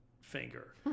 finger